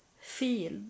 feel